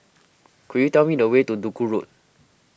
could you tell me the way to Duku Road